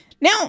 Now